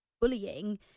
bullying